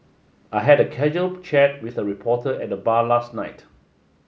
I had a casual chat with a reporter at the bar last night